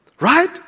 right